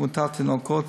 תמותת תינוקות,